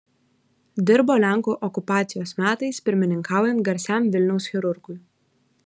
dirbo lenkų okupacijos metais pirmininkaujant garsiam vilniaus chirurgui